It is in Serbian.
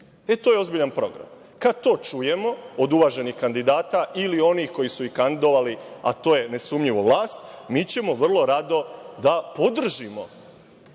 To je ozbiljan program. Kad to čujemo od uvaženih kandidata ili onih koji su ih kandidovali, a to je nesumnjivo vlast, mi ćemo vrlo rado da podržimo